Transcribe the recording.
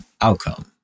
outcome